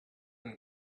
and